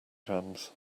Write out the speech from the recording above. jams